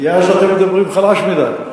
כי אז אתם מדברים חלש מדי.